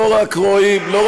לא רק רואים,